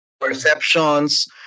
Perceptions